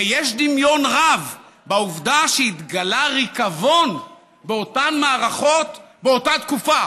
ויש דמיון רב בעובדה שהתגלה ריקבון באותן מערכות באותה תקופה,